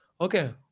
okay